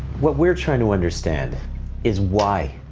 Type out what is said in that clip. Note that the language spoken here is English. what we're trying to understand is why?